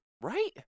Right